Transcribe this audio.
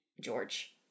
George